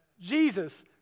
Jesus